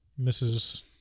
Mrs